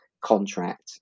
contract